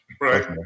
Right